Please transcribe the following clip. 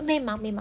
memang memang